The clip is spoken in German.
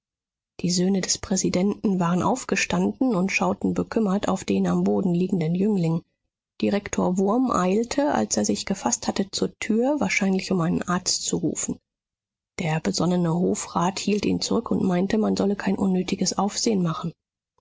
die söhne des präsidenten waren aufgestanden und schauten bekümmert auf den am boden liegenden jüngling direktor wurm eilte als er sich gefaßt hatte zur tür wahrscheinlich um einen arzt zu rufen der besonnene hofrat hielt ihn zurück und meinte man solle kein unnötiges aufsehen machen